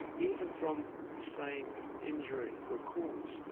even from the same injury or cause,